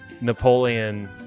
napoleon